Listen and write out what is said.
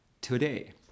today